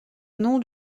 nom